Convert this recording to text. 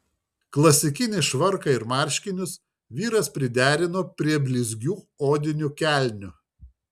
klasikinį švarką ir marškinius vyras priderino prie blizgių odinių kelnių